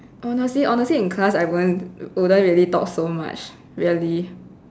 honestly honestly in class I won't wouldn't really talk so much really